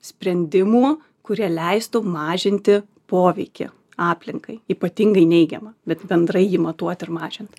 sprendimų kurie leistų mažinti poveikį aplinkai ypatingai neigiamą bet bendrai jį matuot ir mažint